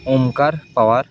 Omkar Pawar